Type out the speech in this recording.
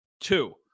Two